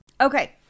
Okay